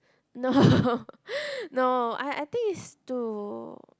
no no I I think is to